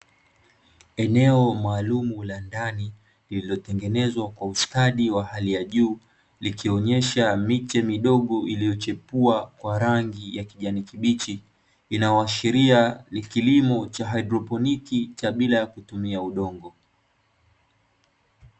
Eneo maalumu la ndani lililotengenezwa kwa ustadi wa hali ya juu, likionyesha miche midogo iliyochipua kwa rangi ya kijani kibichi, inayoashiria ni kilimo cha haidroponi cha bila ya kutumia udongo.